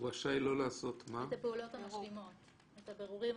מה זה "זיהוי"?